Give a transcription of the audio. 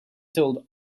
told